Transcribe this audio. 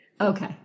Okay